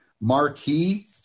marquee